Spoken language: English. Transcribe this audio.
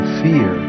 fear